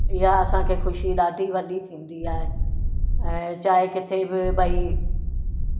इहा असांखे ख़ुशी ॾाढी वॾी थींदी आहे ऐं चाहे किथे बि भई